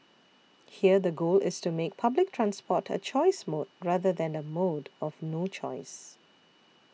here the goal is to make public transport a choice mode rather than a mode of no choice